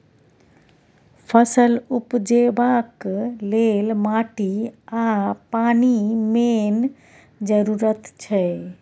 फसल उपजेबाक लेल माटि आ पानि मेन जरुरत छै